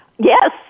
Yes